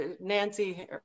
Nancy